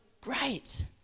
Great